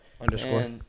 Underscore